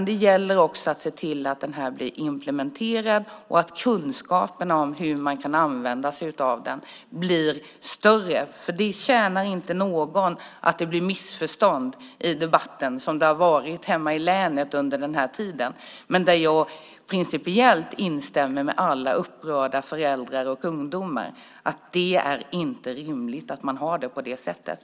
Det gäller också att se till att den tillämpas och att kunskaperna om hur man kan använda sig av den blir större. Det tjänar inte någon att det blir missförstånd i debatten, som det har varit hemma i länet under den här tiden. Men jag instämmer principiellt med alla upprörda föräldrar och ungdomar. Det är inte rimligt att man har det på det här sättet.